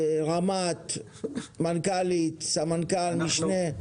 רמ"ט, מנכ"לית, סמנכ"ל, משנה.